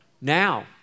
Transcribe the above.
now